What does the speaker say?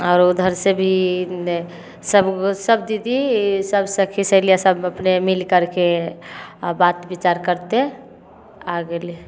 आओर उधर से भी सबगो सभ दीदीसभ सखी सहेलीसभ अपने मिलि करिके आओर बात विचार करिते आ गेली